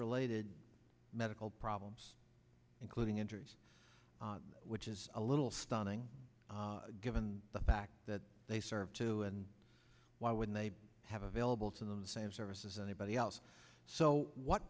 related medical problems including injuries which is a little stunning given the fact that they serve two why wouldn't they have available to them the same services anybody else so what